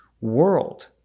world